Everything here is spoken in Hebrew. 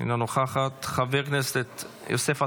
אינה נוכחת, חבר הכנסת יוסף עטאונה,